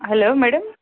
hello madam